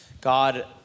God